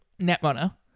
Netrunner